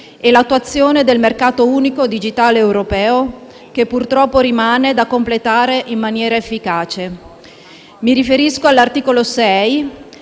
e l'attuazione del mercato unico digitale europeo, che purtroppo rimane da completare in maniera efficace. Mi riferisco all'articolo 6,